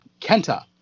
Kenta